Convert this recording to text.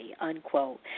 unquote